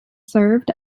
served